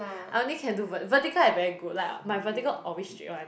I only can do vert~ vertical I very good like my vertical always straight [one]